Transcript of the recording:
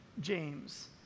James